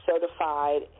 certified